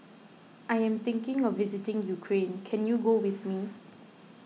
I am thinking of visiting Ukraine can you go with me